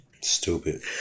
Stupid